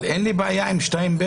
אבל אין לי בעיה עם 2(ב),